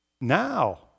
Now